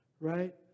right